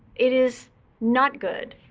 it is not good.